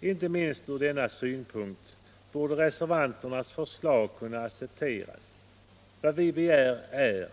Inte minst ur denna synpunkt borde reservanternas förslag kunna accepteras. Vad vi begär är